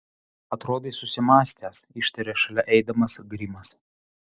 atrodai susimąstęs ištarė šalia eidamas grimas